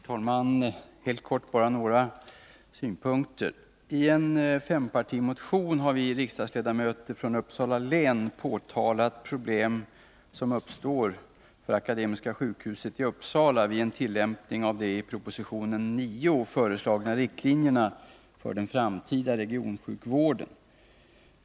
Herr talman! Helt kort bara några synpunkter. I en fempartimotion har vi riksdagsledamöter från Uppsala län påtalat problem som uppstår för Akademiska sjukhuset i Uppsala vid en tillämpning av de i proposition 9 föreslagna riktlinjerna för den framtida regionsjukvården.